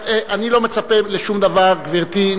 אני לא מצפה לשום דבר, גברתי.